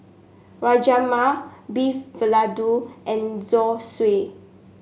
Rajma Beef Vindaloo and Zosui